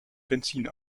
benzin